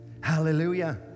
Hallelujah